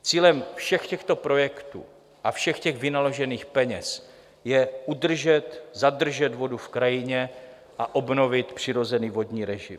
Cílem všech těchto projektů a všech těch vynaložených peněz je udržet, zadržet vodu v krajině a obnovit přirozený vodní režim.